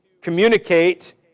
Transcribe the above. communicate